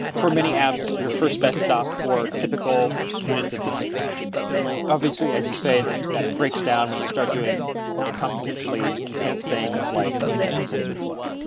for many apps, your first best stop for typical units of business logic obviously, as you say that that breaks down when you start doing computationally intense things like you know tensorflow,